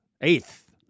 eighth